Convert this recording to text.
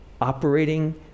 operating